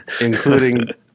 including